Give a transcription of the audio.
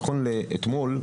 נכון לאתמול,